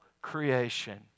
Creation